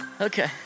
okay